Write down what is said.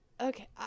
okay